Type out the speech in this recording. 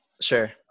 sure